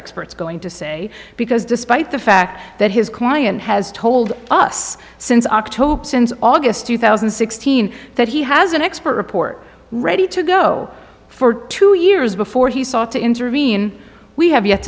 experts going to say because despite the fact that his client has told us since october since august two thousand and sixteen that he has an expert report ready to go for two years before he sought to intervene we have yet